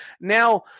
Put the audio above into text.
Now